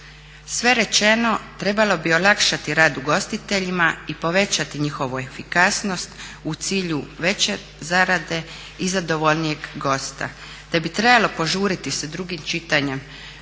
Sve rečeno trebalo bi olakšati rad ugostiteljima i povećati njihovu efikasnost u cilju veće zarade i zadovoljnijeg gosta, te bi trebalo požuriti sa drugim čitanjem